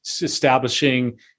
establishing